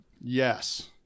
Yes